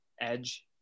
edge